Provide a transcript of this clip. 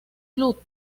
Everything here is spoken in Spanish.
club